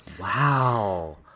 Wow